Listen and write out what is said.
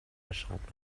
charente